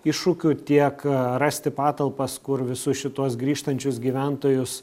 iššūkių tiek rasti patalpas kur visus šituos grįžtančius gyventojus